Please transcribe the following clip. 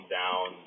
down